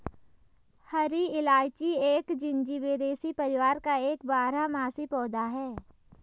हरी इलायची एक जिंजीबेरेसी परिवार का एक बारहमासी पौधा है